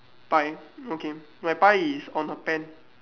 pie okay my pie is on the pan